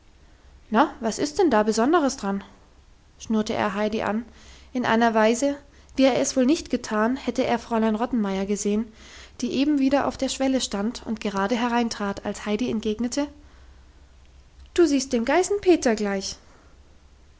na was ist denn da besonderes dran schnurrte er heidi an in einer weise wie er es wohl nicht getan hätte er fräulein rottenmeier gesehen die eben wieder auf der schwelle stand und gerade hereintrat als heidi entgegnete du siehst dem geißenpeter gleich